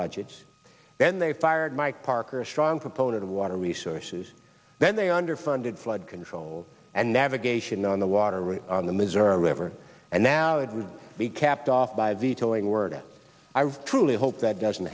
budgets then they fired mike parker a strong proponent of water resources then they underfunded flood control and navigation on the waterways on the missouri river and now it would be capped off by vetoing word i truly hope that doesn't